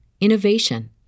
innovation